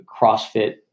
crossfit